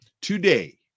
Today